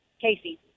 Casey